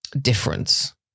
difference